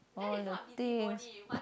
all of that